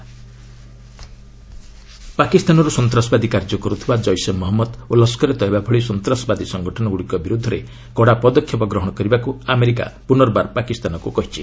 US Pak terror ପାକିସ୍ତାନର୍ତ ସନ୍ତାସବାଦୀ କାର୍ଯ୍ୟ କର୍ତ୍ତିବା ଜୈସେ ମହମ୍ମଦ ଓ ଲସ୍କରେ ତୟବା ଭଳି ସନ୍ତାସବାଦୀ ସଙ୍ଗଠନଗୁଡ଼ିକ ବିର୍ତ୍ଧରେ କଡ଼ ପଦକ୍ଷେପ ଗ୍ରହଣ କରିବାକୁ ଆମେରିକା ପୁନର୍ବାର ପାକିସ୍ତାନକୁ କହିଛି